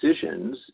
decisions